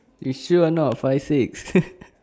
you sure a not five six